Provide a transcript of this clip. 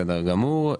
בסדר גמור,